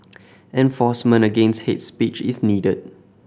enforcement against hate speech is needed